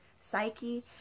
psyche